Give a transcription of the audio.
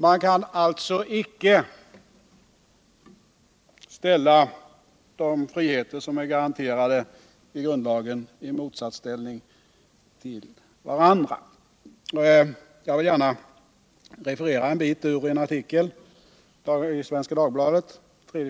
Man kan alltså icke ställa de friheter som är garanterade i grundlagen I motsatsställning till varandra på det